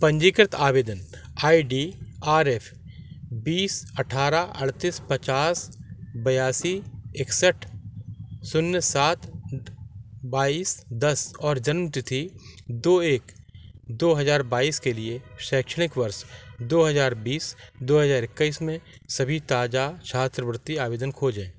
पंजीकृत आवेदन I D R F बीस अट्ठारह अड़तीस पचास बयासी इकसठ शून्य सात बीस दस और जन्म तिथि दो एक दो हज़ार बाईस के लिए शैक्षणिक वर्ष दो हज़ार बीस दो हज़ार इक्कईस में सभी ताज़ा छात्रवृत्ति आवेदन खोजें